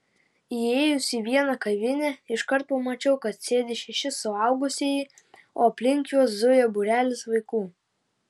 įėjus į vieną kavinę iškart pamačiau kad sėdi šeši suaugusieji o aplink juos zuja būrelis vaikų